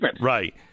Right